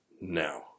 now